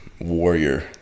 warrior